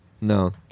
No